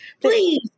please